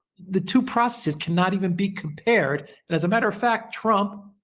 the two processes cannot even be compared, and as a matter of fact trump,